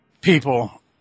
people